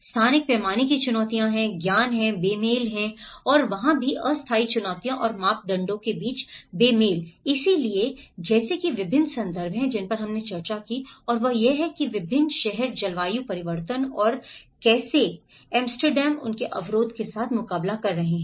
स्थानिक पैमाने की चुनौतियाँ हैं ज्ञान हैं बेमेल है और वहाँ भी अस्थायी चुनौतियों और मानदंडों के बीच बेमेल इसलिए जैसे कि विभिन्न संदर्भ हैं जिन पर हमने चर्चा की और वह यह है कि विभिन्न शहर जलवायु परिवर्तन और कैसे एम्स्टर्डम उनके अवरोध के साथ मुकाबला कर रहे हैं